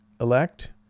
elect